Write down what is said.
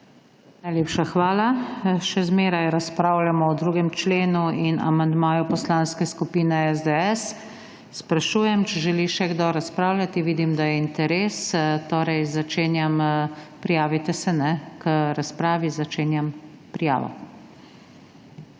Najlepša hvala. Še zmeraj razpravljamo o 2. členu in amandmaju Poslanske skupine SDS. Sprašujem, če želi še kdo razpravljati. Vidim, da je interes. Prijavite se k razpravi. Začenjam prijavo.